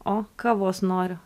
o kavos noriu